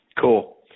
Cool